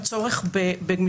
לגבי הצורך בגמישות.